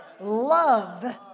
love